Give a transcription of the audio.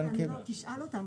להתייחס.